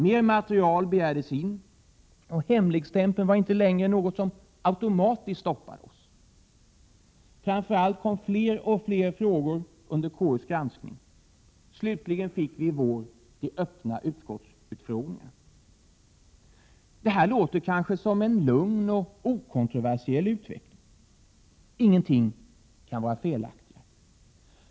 Mer material begärdes in, och hemligstämpeln var inte längre något som automatiskt stoppade oss. Framför allt kom fler och fler frågor under KU:s gransknig. Slutligen fick vi i vår de öppna utskottsutfrågningarna. Det här låter kanske som en lugn och okontroversiell utveckling. Ingenting kan vara felaktigare.